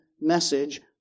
message